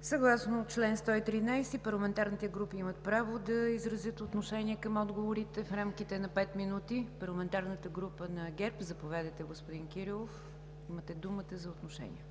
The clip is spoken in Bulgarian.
Съгласно чл. 113 парламентарните групи имат право да изразят отношение към отговорите в рамките на пет минути. Парламентарната група на ГЕРБ – заповядайте, господин Кирилов. Имате думата за отношение.